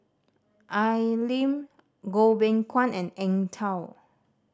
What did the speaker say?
Al Lim Goh Beng Kwan and Eng Tow